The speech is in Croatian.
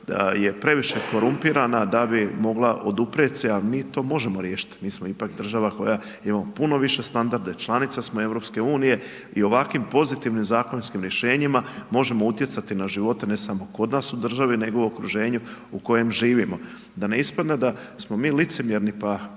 da je previše korumpirana da bi mogla oduprijeti se, a mi to možemo riješiti. Mi smo ipak država koja imamo puno više standarde, članica smo EU i ovakvim pozitivnim zakonskim rješenjima možemo utjecati na živote, ne samo kod nas u državi nego u okruženju u kojem živimo. Da ne ispadne da smo mi licemjerni pa